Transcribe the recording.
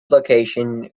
location